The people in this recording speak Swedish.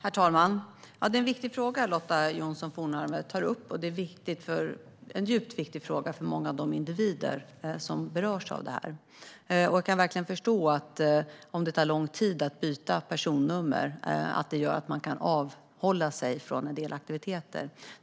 Fru talman! Det är en viktig fråga Lotta Johnsson Fornarve tar upp, och det är en djupt viktig fråga för många av de individer som berörs av detta. Jag kan verkligen förstå att det kan göra att man avhåller sig från en del aktiviteter om det tar lång tid att byta personnummer.